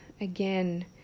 again